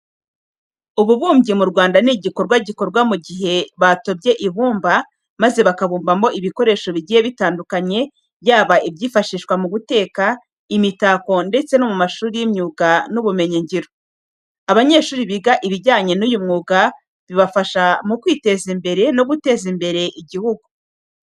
Ububumbyi mu Rwanda ni igikorwa gikorwa mu gihe batobye ibumba maze bakabumbamo ibikoresho bigiye bitandukanye yaba ibyifashishwa mu guteka, imitako ndetse no mu mashuri y'imyuga n'ubumenyingiro. Abanyeshuri biga ibijyanye n'uyu mwuga bibafasha mu kwiteza imbere no guteza imbere Igihugu.